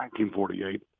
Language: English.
1948